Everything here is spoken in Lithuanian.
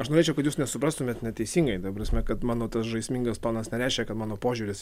aš norėčiau kad jūs nesuprastumėt neteisingai ta prasme kad mano tas žaismingas tonas nereiškia kad mano požiūris